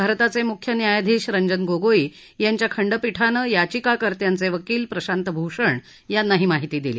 भारताचे मुख्य न्यायाधीश रंजन गोगोई यांच्या खंडपीठानं याचिकाकर्त्यांचे वकील प्रशांत भूषण यांना ही माहिती दिली